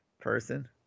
person